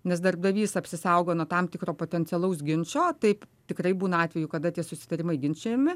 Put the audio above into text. nes darbdavys apsisaugo nuo tam tikro potencialaus ginčo taip tikrai būna atvejų kada tie susitarimai ginčijami